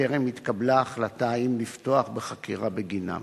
וטרם התקבלה החלטה אם לפתוח בחקירה בגינם.